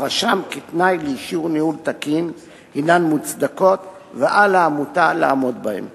הרשם כתנאי לאישור ניהול תקין הן מוצדקות ועל העמותה לעמוד בהן.